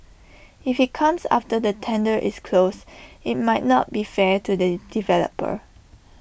if IT comes after the tender is closed IT might not be fair to the developer